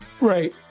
Right